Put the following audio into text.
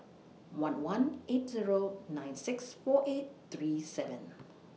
one one eight Zero nine six four eight three seven